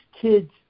kids